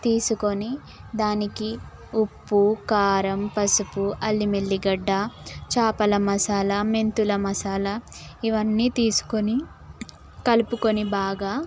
తీసుకొని దానికి ఉప్పు కారం పసుపు అల్లిం ఎల్లిగడ్డ చేపల మసాలా మెంతుల మసాలా ఇవన్నీ తీసుకొని కలుపుకొని బాగా